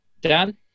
Dan